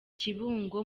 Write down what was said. kibungo